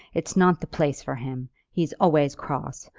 it's not the place for him. he's always cross.